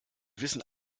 wissen